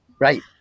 Right